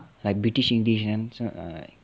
like british english then some are like